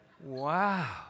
Wow